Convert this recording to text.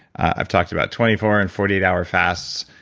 i've talked about twenty four and forty eight hour fasts.